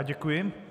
Děkuji.